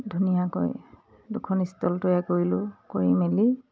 ধুনীয়াকৈ দুখন ষ্টল তৈয়াৰ কৰিলোঁ কৰি মেলি